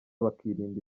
bakirinda